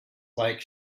like